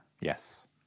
Yes